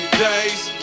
days